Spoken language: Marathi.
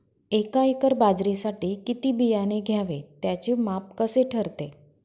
एका एकर बाजरीसाठी किती बियाणे घ्यावे? त्याचे माप कसे ठरते?